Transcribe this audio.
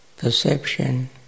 perception